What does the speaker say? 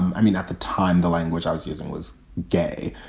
i mean, at the time, the language i was using was gay,